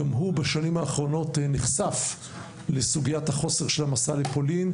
גם הוא בשנים האחרונות נחשף לסוגיית החוסר של המסע לפולין.